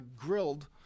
grilled